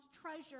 treasure